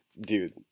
dude